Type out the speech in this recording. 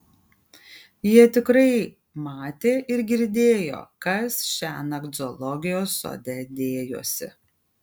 jie tikrai matė ir girdėjo kas šiąnakt zoologijos sode dėjosi